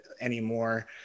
anymore